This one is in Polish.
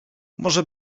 może